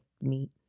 meat